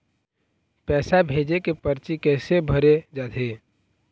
पैसा भेजे के परची कैसे भरे जाथे?